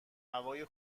هوای